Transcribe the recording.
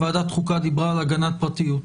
ועדת חוקה דיברה על הגנת פרטיות.